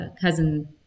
cousin